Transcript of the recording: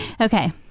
Okay